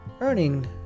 Earning